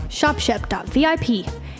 ShopShep.vip